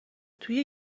توی